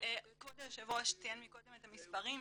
כבוד היושב ראש ציין קודם את המספרים,